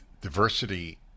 diversity